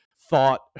thought